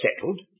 settled